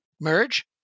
merge